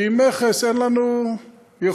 כי עם מכס אין לנו יכולת,